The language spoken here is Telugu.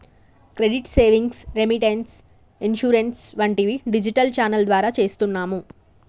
క్రెడిట్ సేవింగ్స్, రేమిటేన్స్, ఇన్సూరెన్స్ వంటివి డిజిటల్ ఛానల్ ద్వారా చేస్తున్నాము